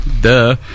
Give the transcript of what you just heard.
duh